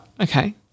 Okay